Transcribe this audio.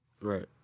Right